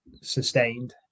sustained